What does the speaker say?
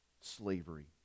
Slavery